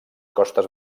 costes